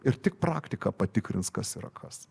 ir tik praktika patikrins kas yra kas